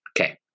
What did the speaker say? Okay